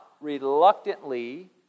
reluctantly